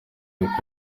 uko